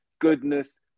Goodness